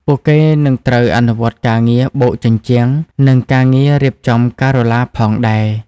ពួកគេនឹងត្រូវអនុវត្តការងារបូកជញ្ជាំងនិងការងាររៀបការ៉ូឡាផងដែរ។